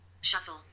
Shuffle